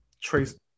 Trace